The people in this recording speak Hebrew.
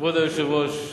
כבוד היושב-ראש,